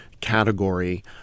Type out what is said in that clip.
category